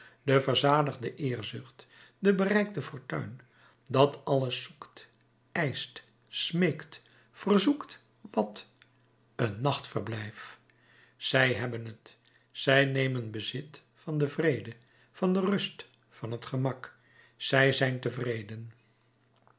de verzadigde eerzucht de bereikte fortuin dat alles zoekt eischt smeekt verzoekt wat een nachtverblijf zij hebben het zij nemen bezit van den vrede van de rust van het gemak zij zijn tevreden